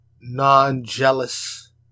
non-jealous